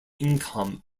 income